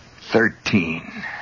Thirteen